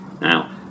Now